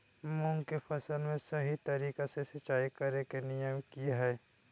मूंग के फसल में सही तरीका से सिंचाई करें के नियम की हय?